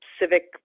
civic